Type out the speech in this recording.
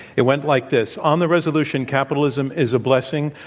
it went like this. on the resolution, capitalism is a blessing,